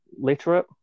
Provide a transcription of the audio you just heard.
literate